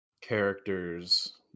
characters